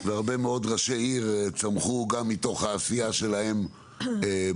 והרבה מאוד ראשי עיר צמחו גם מתוך העשייה שלהם בעיריות.